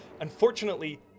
Unfortunately